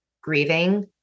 grieving